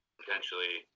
potentially